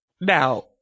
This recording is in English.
now